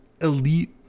elite